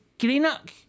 Greenock